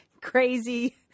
crazy